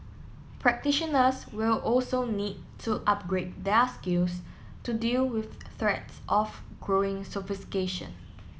practitioners will also need to upgrade their skills to deal with threats of growing sophistication